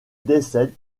décède